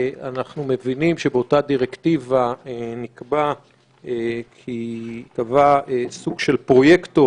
אנחנו מבינים שבאותה דירקטיבה נקבע כי ייקבע סוג של פרויקטור